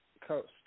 Coast